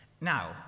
Now